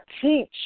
teach